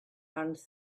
and